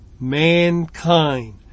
mankind